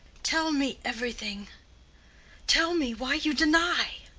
tell me everything tell me why you deny.